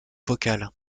vocales